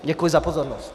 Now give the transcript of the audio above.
Děkuji za pozornost.